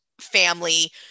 family